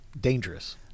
dangerous